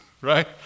right